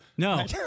No